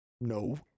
No